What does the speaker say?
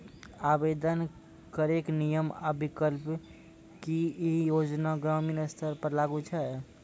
आवेदन करैक नियम आ विकल्प? की ई योजना ग्रामीण स्तर पर लागू छै?